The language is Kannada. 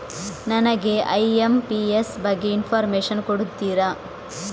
ನನಗೆ ಐ.ಎಂ.ಪಿ.ಎಸ್ ಬಗ್ಗೆ ಇನ್ಫೋರ್ಮೇಷನ್ ಕೊಡುತ್ತೀರಾ?